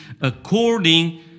according